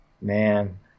Man